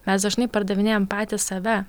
mes dažnai pardavinėjam patys save